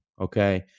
Okay